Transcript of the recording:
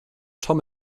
tom